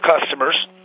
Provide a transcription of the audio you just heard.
customers